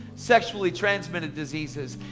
sexually transmitted diseases.